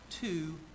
Two